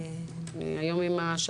אז